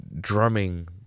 drumming